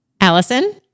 Allison